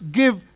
give